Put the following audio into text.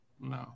No